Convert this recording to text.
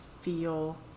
feel